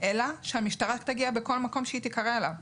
אלא שהמשטרה תגיע לכל מקום שהיא תיקרא אליו.